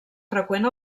freqüent